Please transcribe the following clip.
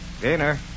Gainer